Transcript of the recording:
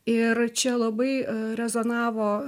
ir čia labai rezonavo